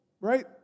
Right